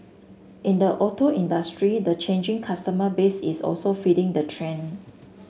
in the auto industry the changing customer base is also feeding the trend